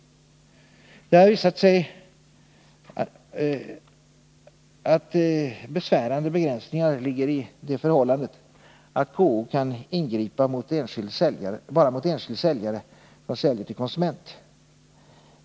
Det har visat sig att besvärande begränsningar ligger i det förhållandet att KO kan ingripa bara mot enskild säljare som säljer till konsument.